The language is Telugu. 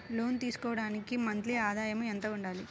లోను తీసుకోవడానికి మంత్లీ ఆదాయము ఎంత ఉండాలి?